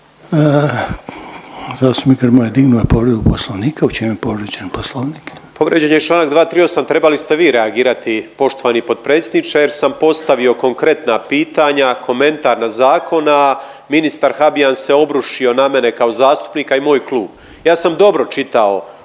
Zastupnik Račan je dignuo povredu Poslovnika. U čemu je povrijeđen Poslovnik?